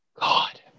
God